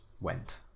went